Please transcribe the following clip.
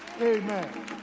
Amen